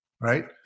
right